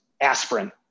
aspirin